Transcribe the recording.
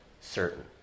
certain